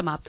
समाप्त